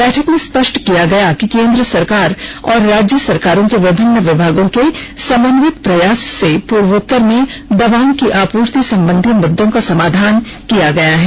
बैठक में स्पष्ट किया गया कि केन्द्र सरकार और राज्य सरकारों के विभिन्न विभागों के समन्वित प्रयास से पूर्वोत्तर में दवाओं की आपूर्ति संबंधी मुद्दों का समाधान किया गया है